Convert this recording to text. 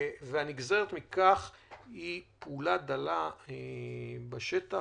והנגזרת מכך היא פעולה דלה בשטח.